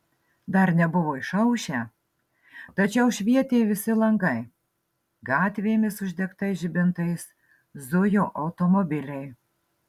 dar nebuvo išaušę tačiau švietė visi langai gatvėmis uždegtais žibintais zujo automobiliai